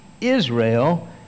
Israel